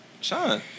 Sean